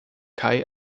kai